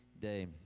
day